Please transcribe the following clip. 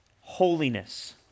holiness